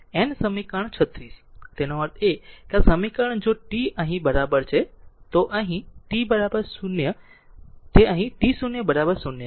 N સમીકરણ 36 તેનો અર્થ એ કે આ સમીકરણ જો t અહીં બરાબર છે તે અહીં છે જો t0 0 અહીં તે t0 0 છે